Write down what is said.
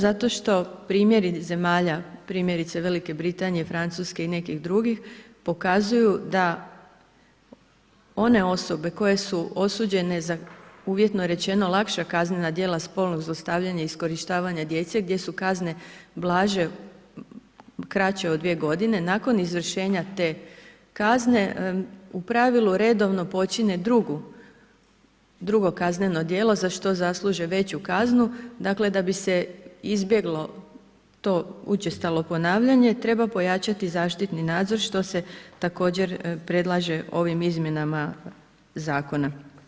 Zato što primjeri zemalja, primjerice Velike Britanije, Francuske i nekih drugih pokazuju da one osobe koje su osuđene za uvjetno rečeno, lakša kaznena djela spolnog zlostavljanja, iskorištavanja djece gdje su kazne blaže, kraće od dvije godine, nakon izvršenja te kazne u pravilu redovno počine drugo kazneno djelo za što zasluže veću kaznu, dakle da bi se izbjeglo to učestalo ponavljanje treba pojačati zaštitni nadzor što se također predlaže ovim izmjenama Zakona.